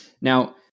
Now